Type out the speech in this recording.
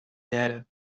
data